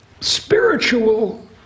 spiritual